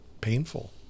painful